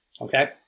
okay